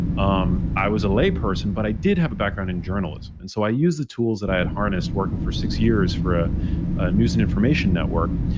um i was a lay person, but i did have a background in journalism. and so i used the tools that i had harnessed working for six years for a news and information network,